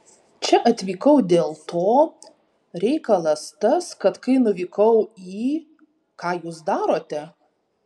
čia atvykau dėl to reikalas tas kad kai nuvykau į ką jūs darote